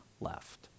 left